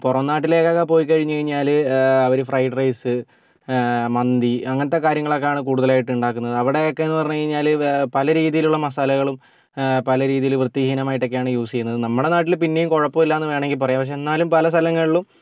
പുറം നാട്ടിലേക്കൊക്കെ പോയിക്കഴിഞ്ഞാൽ അവർ ഫ്രൈഡ് റൈസ് മന്തി അങ്ങനത്തെ കാര്യങ്ങളാണ് കൂടുതലായിട്ട് ഉണ്ടാക്കുന്നത് അവിടെയൊക്കെ എന്ന് പറഞ്ഞു കഴിഞ്ഞാൽ പലരീതിയിലുള്ള മസാലകളും പല രീതിയിൽ വൃത്തിഹീനമായിട്ടൊക്കെയാണ് യൂസ് ചെയ്യുന്നത് നമ്മുടെ നാട്ടിൽ പിന്നെയും കുഴപ്പമില്ല എന്ന് വേണമെങ്കിൽ പറയാം പക്ഷേ എന്നാലും പലസ്ഥലങ്ങളിലും